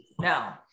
No